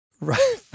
Right